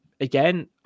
again